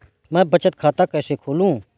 मैं बचत खाता कैसे खोलूँ?